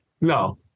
No